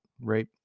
right